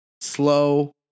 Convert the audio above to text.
Slow